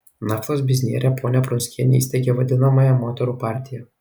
naftos biznierė ponia prunskienė įsteigė vadinamąją moterų partiją